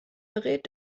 berät